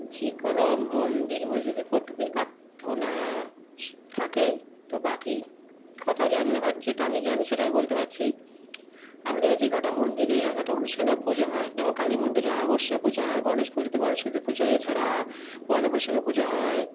যে কোনো মন্দির মসজিদে প্রত্যেকদিন প্রার্থনা স থাকে তো বাকি কথা জানি না বাট যেটা আমি জানি সেটা আমি বলতে পারছি আমাদের যে কটা মন্দিরে এক একটা অনুষ্ঠানে পুজো হয় যেমন কালী মন্দিরে অমাবস্যায় পূজা হয় গণেশ পুজোতে গণেশ পুজো হয় এছাড়া পয়লা বৈশাখে পুজো হয়